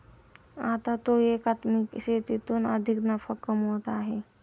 आता तो एकात्मिक शेतीतून अधिक नफा कमवत आहे